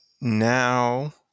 now